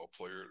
player